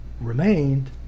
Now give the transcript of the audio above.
remained